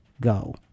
go